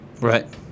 right